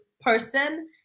person